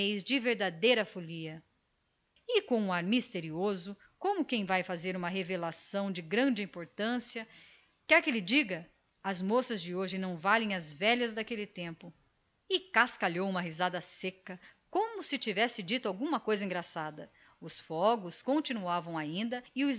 de verdadeira folia e com um ar misterioso como quem vai fazer uma revelação de suma importância quer que lhe diga aqui entre nós as moças de hoje não valem as velhas daquele tempo e o maroto cascalhou uma risada como se houvera dito alguma coisa com graça os fogos continuavam ainda